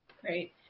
Great